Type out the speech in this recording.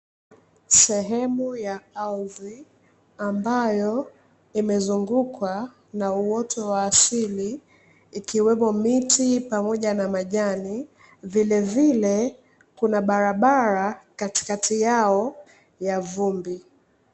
Sehemu ya ardhi, ambayo imezungukwa na uoto wa asili, ikiwemo miti pamoja na majani, vilevile kuna barabara katikati yao ya vumbi.